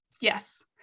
Yes